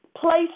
place